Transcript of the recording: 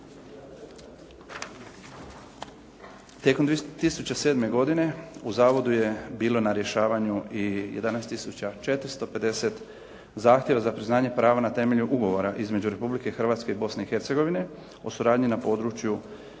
Tijekom 2007. godine u zavodu je bilo na rješavanju i 11 tisuća 450 zahtjeva za priznavanje prava na temelju Ugovora između Republike Hrvatske i Bosne i Hercegovine o suradnji na području prava